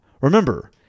Remember